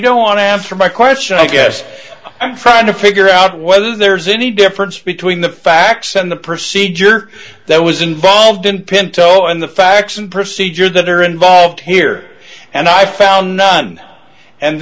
to answer my question i guess i'm trying to figure out whether there's any difference between the facts and the procedure that was involved in pinto and the facts and procedures that are involved here and i found none and